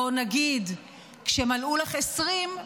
בואו נגיד, כשמלאו לך 20,